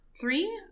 three